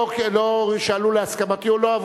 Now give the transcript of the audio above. לא שאלו להסכמתי או לא,